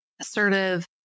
assertive